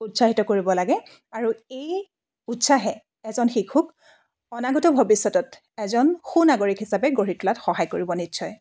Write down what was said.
উৎসাহিত কৰিব লাগে আৰু এই উৎসাহে এজন শিশুক অনাগত ভৱিষ্যতত এজন সুনাগৰিক হিচাপে গঢ়ি তোলাত সহায় কৰিব নিশ্চয়